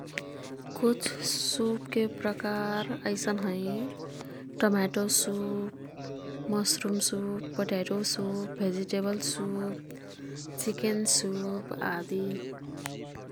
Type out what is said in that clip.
कुछ सुपके प्रकार अईसन् हैं। Tomato soup, mushroom soup, potato soup, vegetable soup, chicken soup आदि।